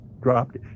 Dropped